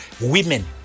women